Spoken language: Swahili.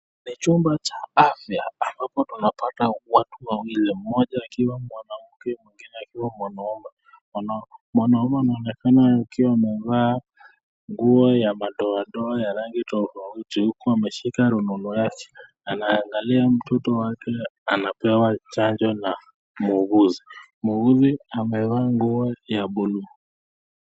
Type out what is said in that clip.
Ni chumba cha afya ambapo tunapata watu wawili moja ikiwa mwanamke mwingine akiwa mwanaume mwanaume anaonekana akiwa amevaa nguo ya madoadoa ya rangi tofauti tofauti huku akiwa ameshika rununu yake anaangalia mtoto wake anapewa chanjo na muuguzi, muuguzi amevaa nguo ya buluu.